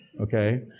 Okay